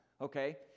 okay